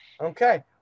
Okay